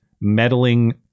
meddling